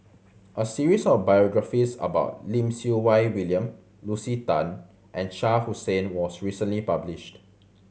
a series of biographies about Lim Siew Wai William Lucy Tan and Shah Hussain was recently published